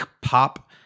pop